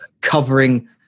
covering